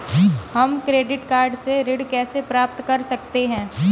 हम credit card से ऋण कैसे प्राप्त कर सकते हैं?